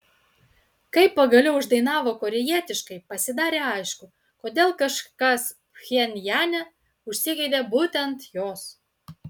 kai pagaliau uždainavo korėjietiškai pasidarė aišku kodėl kažkas pchenjane užsigeidė būtent jos